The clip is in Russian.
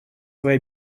свои